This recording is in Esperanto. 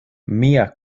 mia